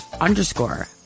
underscore